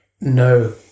No